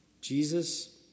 Jesus